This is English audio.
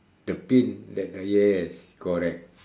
the pain that the yes correct